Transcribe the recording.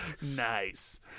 nice